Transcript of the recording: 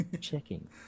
checking